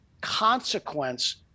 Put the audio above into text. consequence